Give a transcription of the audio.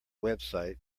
website